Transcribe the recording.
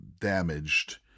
damaged